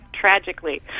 tragically